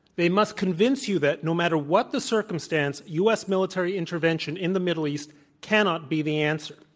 they must convince you that, no matter what the circumstance, u. s. military intervention in the middle east cannot be the answer.